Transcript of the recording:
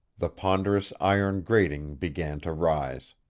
the ponderous iron grating began to rise.